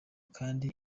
kandi